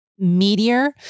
Meteor